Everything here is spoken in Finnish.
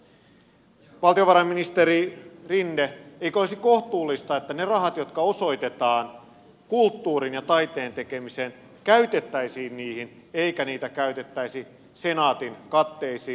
valtiovarainministeri rinne eikö olisi kohtuullista että ne rahat jotka osoitetaan kulttuurin ja taiteen tekemiseen käytettäisiin niihin eikä niitä käytettäisi senaatin katteisiin